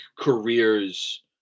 careers